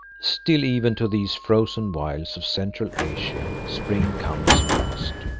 still even to these frozen wilds of central asia spring comes at last.